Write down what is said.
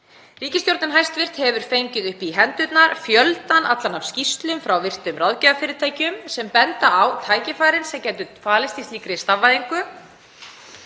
ríkisstjórn hefur fengið upp í hendurnar fjöldann allan af skýrslum frá virtum ráðgjafafyrirtækjum sem benda á tækifærin sem gætu falist í slíkri stafvæðingu,